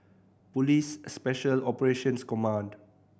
Police Special Operations Command